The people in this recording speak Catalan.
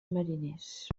mariners